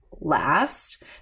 last